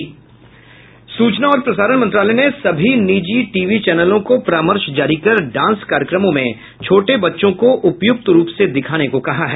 सूचना और प्रसारण मंत्रालय ने सभी निजी टी वी चैनलों को परामर्श जारी कर डांस कार्यक्रमों में छोटे बच्चों को उपयुक्त रूप से दिखाने को कहा है